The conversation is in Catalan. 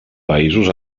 països